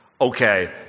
Okay